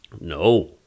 No